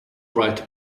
write